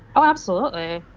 ah absolutely.